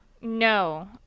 No